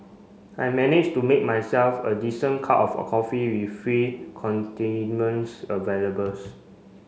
I managed to make myself a decent cup of a coffee with free availables